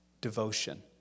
devotion